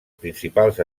principals